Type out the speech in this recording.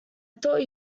thought